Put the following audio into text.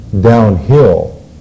downhill